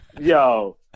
Yo